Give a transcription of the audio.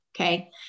okay